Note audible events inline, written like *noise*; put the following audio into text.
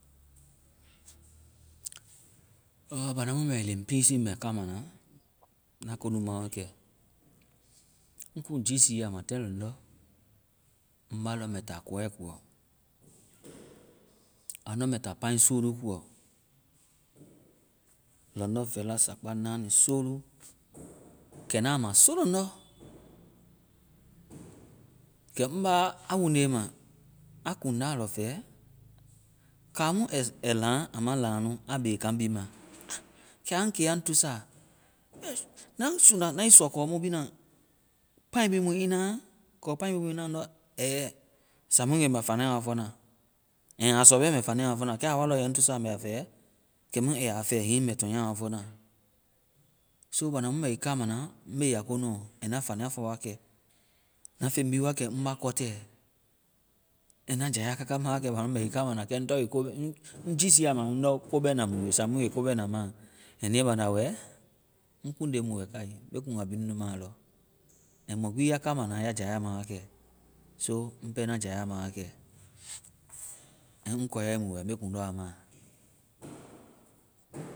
Ɔɔ banda mu ŋ bɛ wi leŋpiisi ŋ bɛ kaama na, na ko nu ma wa kɛ. Ŋ kuŋ giisiya ma táai lɔŋdɔ́ ŋ ba lɔ mɛ ta kɔɛ koɔ. *noise* Andɔ me ta paŋi kɔɔ; lɔŋdɔ́, fɛla, sakpa, nanii, soolu. Kɛ na ma sooŋlɔŋdɔ́. Kɛ ŋ ba a wuunde ma. Aa kuŋda lɔ fɛ. Kaŋmu ai laŋ, aa ma laŋ nu. Aa be kaŋ bi ma. Kɛ aŋ ke aŋ tuusa. Na ii sɔ-na ii suŋda kɔ mu bi na, paŋi bi mu ii naa, kɔ paŋi mu ndɔ? Ndɔ ɛ. Saŋmu nge mɛ fania wa fɔna. And aa sɔ bɛ mɛ fania wa fɔna kɛ, aa wa lɔ a yɛ ŋ tuusa mɛ a fɛ, kɛ mu aa ya fɛ hiŋi mɛ tɔnya wa fɔna. so banda mu ŋ bɛ wi kaama na, ŋ be ya ko nuɔ. kɛ na fania fɔ wa kɛ. Ba feŋ bi wakɛ ŋ ba kɔtɛ. And na jaya kaka ma wakɛ banda mu ŋ bɛ wi kaama na. Kɛ ŋ tɔŋ wi ko-ŋ giisia ma ndɔ ko bɛna mu wi. Saŋmu ŋge ko bɛna ma. And niiɛ banda wɛ, ŋ kuŋde mu kai. Me kuŋ a bi nunu ma lɔ. And mɔ gbi ya kaama na, ya jaya ma wakɛ. So ŋ pɛ na jaya ma wakɛ. Kɛ ŋ kɔyae mu wɛ. Me kuŋ lɔ a ma. *noise*